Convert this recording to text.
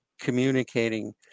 communicating